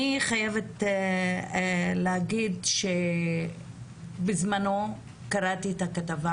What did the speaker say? אני חייבת להגיד שבזמנו קראתי את הכתבה